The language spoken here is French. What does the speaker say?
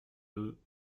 deux